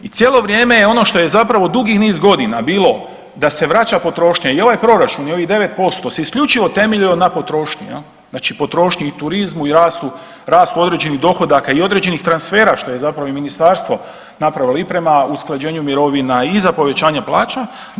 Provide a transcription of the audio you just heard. I cijelo vrijeme je ono što je zapravo dugi niz godina bilo da se vraća potrošnja i ovaj proračun i ovih 9% se isključivo temeljilo na potrošnji, znači i potrošnji i turizmu i rastu određenih dohodaka i određenih transfera što je zapravo i ministarstvo napravilo i prema usklađenju mirovina i za povećanje plaća.